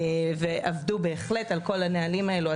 ועבדו בהחלט על כל הנהלים האלו.